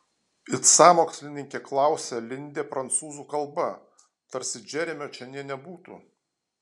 it sąmokslininkė klausia lindė prancūzų kalba tarsi džeremio čia nė nebūtų